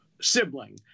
sibling